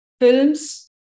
Films